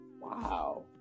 Wow